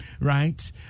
right